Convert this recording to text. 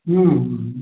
हंँ हंँ